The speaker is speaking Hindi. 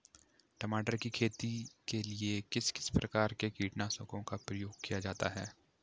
टमाटर की खेती के लिए किस किस प्रकार के कीटनाशकों का प्रयोग किया जाता है?